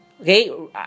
Okay